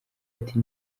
ati